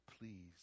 please